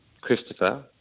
Christopher